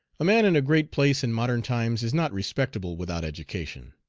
a man in a great place in modern times is not respectable without education.